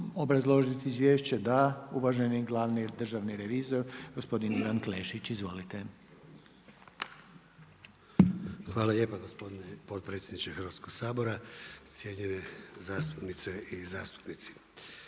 obrazložiti izvješće? Da. Uvaženi glavni državni revizor gospodin Ivan Klešić. **Klešić, Ivan** Hvala lijepa gospodine potpredsjedniče Hrvatskog sabora. Cijenjene zastupnice i zastupnici.